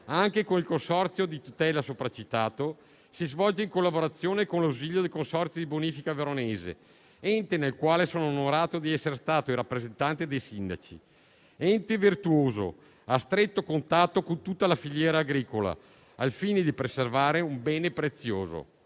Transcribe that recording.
anche col consorzio di tutela sopracitato, si svolge in collaborazione con l'ausilio del consorzio di bonifica veronese, ente nel quale sono onorato di essere stato il rappresentante dei sindaci. Ente virtuoso, a stretto contatto con tutta la filiera agricola, al fine di preservare un bene prezioso,